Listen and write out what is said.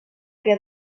que